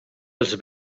els